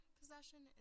possession